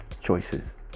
choices